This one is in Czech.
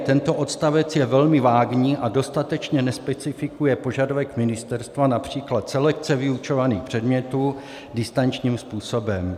Tento odstavec je velmi vágní a dostatečně nespecifikuje požadavek ministerstva, například selekce vyučovaných předmětů distančním způsobem.